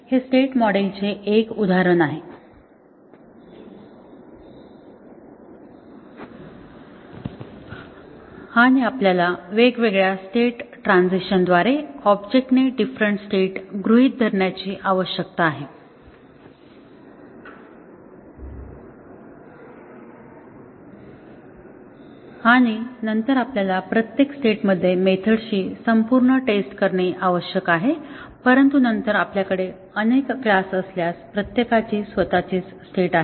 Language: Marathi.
तर हे स्टेट मॉडेलचे एक उदाहरण आहे आणि आपल्याला वेगवेगळ्या स्टेट ट्रान्झिशन द्वारे ऑब्जेक्टने डिफरंट स्टेट गृहीत धरण्याची आवश्यकता आहे आणि नंतर आपल्याला प्रत्येक स्टेटमध्ये मेथड्सची संपूर्ण टेस्ट करणे आवश्यक आहे परंतु नंतर आपल्याकडे अनेक क्लास असल्यास प्रत्येकाची स्वतःचची स्टेट आहे